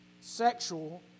sexual